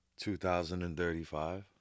2035